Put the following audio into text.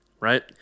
right